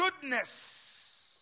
goodness